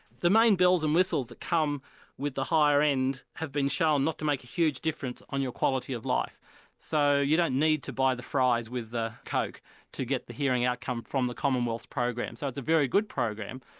the main bells and whistles that come with the higher end have been shown not to make a huge difference on your quality of life so you don't need to buy the fries with the coke to get the hearing outcome from the commonwealth program. so it's a very good program,